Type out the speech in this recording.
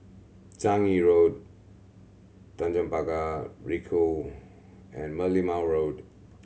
Changi Road Tanjong Pagar Ricoh and Merlimau Road